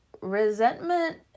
resentment